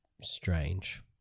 strange